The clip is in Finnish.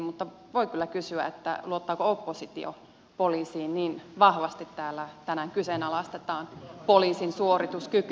mutta voi kyllä kysyä luottaako oppositio poliisiin niin vahvasti täällä tänään kyseenalaistetaan poliisin suorituskyky